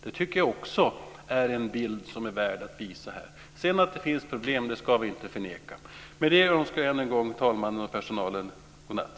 Det tycker jag också är en bild som är värd att visa här. Sedan ska vi inte förneka att det finns problem. Med detta önskar jag än en gång talmannen och personalen god natt.